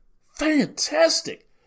fantastic